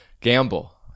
gamble